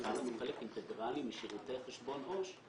זה נראה לנו חלק אינטגרלי משירותי חשבון עו"ש,